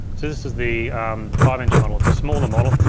so this is the five inch model. it's a smaller model.